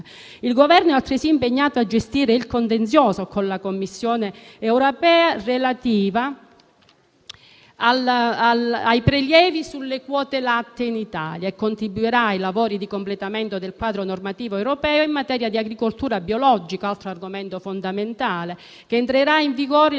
Il Governo è altresì impegnato a gestire il contenzioso con la Commissione europea relativo ai prelievi sulle quote latte in Italia e contribuirà ai lavori di completamento del quadro normativo europeo in materia di agricoltura biologica (altro argomento fondamentale), che entrerà in vigore il